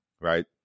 right